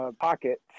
Pocket